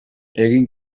egin